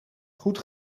goed